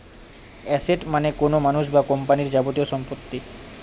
asset মানে কোনো মানুষ বা কোম্পানির যাবতীয় সম্পত্তি